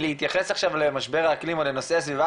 להתייחס עכשיו למשבר האקלים ולמשבר הסביבה